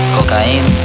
Cocaine